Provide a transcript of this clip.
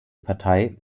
partei